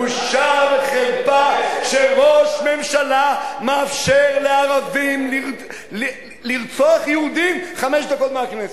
בושה וחרפה שראש ממשלה מאפשר לערבים לרצוח יהודים חמש דקות מהכנסת.